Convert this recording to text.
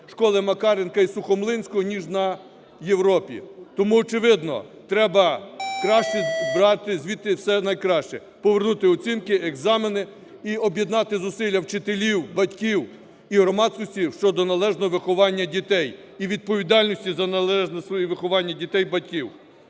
школи Макаренка і Сухомлинського, – ніж в Європі. Тому, очевидно, треба брати звідти все найкраще: повернути оцінки, екзамени і об'єднати зусилля вчителів, батьків і громадськості щодо належного виховання дітей і відповідальності за належне виховання своїх дітей батьків.